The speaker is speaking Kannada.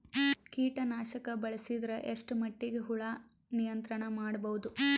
ಕೀಟನಾಶಕ ಬಳಸಿದರ ಎಷ್ಟ ಮಟ್ಟಿಗೆ ಹುಳ ನಿಯಂತ್ರಣ ಮಾಡಬಹುದು?